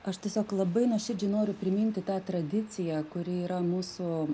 aš tiesiog labai nuoširdžiai noriu priminti tą tradiciją kuri yra mūsų